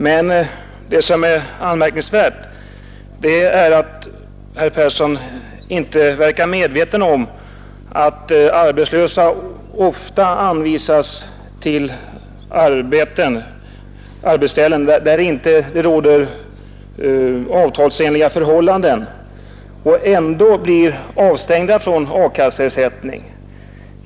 Vad som är anmärkningsvärt är att herr Persson inte verkar vara medveten om att arbetslösa ofta anvisas arbeten på arbetsställen där det inte råder avtalsenliga förhållanden och ändå blir avstängda från a-kasseersättning.